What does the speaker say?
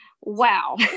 wow